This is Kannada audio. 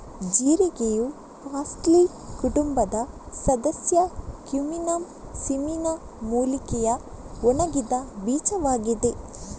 ಜೀರಿಗೆಯು ಪಾರ್ಸ್ಲಿ ಕುಟುಂಬದ ಸದಸ್ಯ ಕ್ಯುಮಿನಮ್ ಸಿಮಿನ ಮೂಲಿಕೆಯ ಒಣಗಿದ ಬೀಜವಾಗಿದೆ